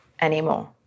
anymore